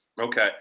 Okay